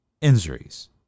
Injuries